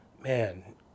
Man